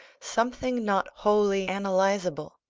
something not wholly analysable,